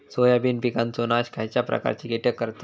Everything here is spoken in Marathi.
सोयाबीन पिकांचो नाश खयच्या प्रकारचे कीटक करतत?